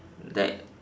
that